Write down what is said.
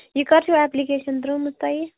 یہِ کَر چھُو اٮ۪پلِکیشَن ترٛٲمٕژ تۄہہِ